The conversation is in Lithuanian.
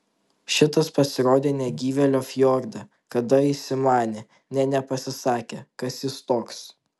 šitas pasirodė negyvėlio fjorde kada įsimanė nė nepasisakė kas jis toks